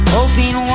Hoping